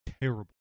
terrible